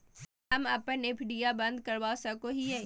हम अप्पन एफ.डी आ बंद करवा सको हियै